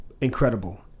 incredible